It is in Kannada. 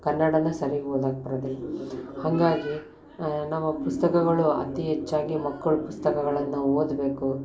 ಕನ್ನಡಾನ ಸರೀಗೆ ಓದಕ್ಕೆ ಬರದಿಲ್ಲ ಹಾಗಾಗಿ ನಾವು ಆ ಪುಸ್ತಕಗಳು ಅತಿ ಹೆಚ್ಚಾಗಿ ಮಕ್ಕಳು ಪುಸ್ತಕಗಳನ್ನು ಓದಬೇಕು